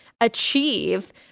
achieve